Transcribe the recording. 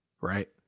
Right